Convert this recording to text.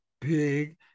big